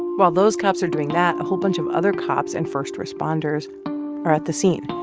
while those cops are doing that, a whole bunch of other cops and first responders are at the scene.